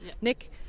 Nick